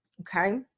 okay